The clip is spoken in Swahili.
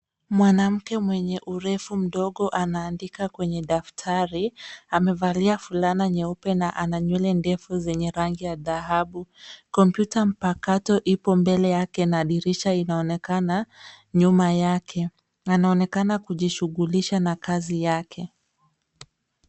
Mwanamke mwenye urefu kidogo anaandika kwenye daftari. Amevalia fulana nyeupe na ana nywele ndefu zenye rangi ya dhahabu. Kompyuta mpakato ipo mbele yake na dirisha inaonekana nyuma yake. Anaonekana kujishughulisha na kazi yake.